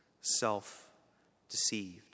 self-deceived